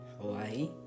Hawaii